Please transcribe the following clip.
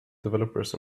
developers